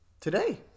today